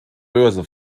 börse